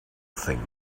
thing